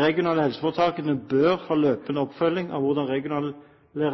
regionale helseforetakene bør ha løpende oppfølging av hvordan regionale